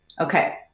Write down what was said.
okay